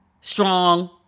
strong